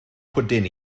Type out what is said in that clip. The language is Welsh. pwdin